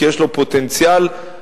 כי יש לו פוטנציאל הרסני.